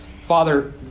Father